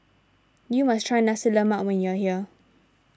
you must try Nasi Lemak when you are here